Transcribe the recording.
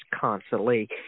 constantly